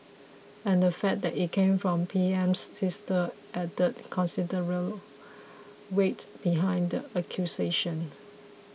and the fact that it came from PM's sister added considerable weight behind accusation